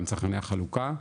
גם צרכני החלוקה,